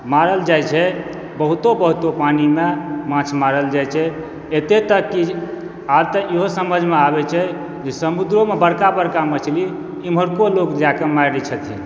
मारल जाइ छै बहुतो बहुतो पानिमे माँछ मारल जाइ छै एतेक तक की आब इहो समझमे आबै छै जे समुद्रोमे बड़का बड़का मछली एम्हारको लोक मारि सकै यऽ